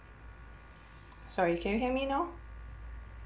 sorry can you hear me now